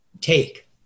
take